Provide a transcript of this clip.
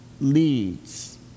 leads